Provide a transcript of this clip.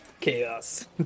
Chaos